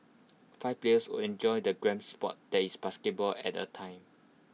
five players or enjoy the grand Sport that is basketball at A time